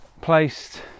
Placed